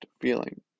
feeling